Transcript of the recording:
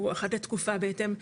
או אחת לתקופה בהתאם,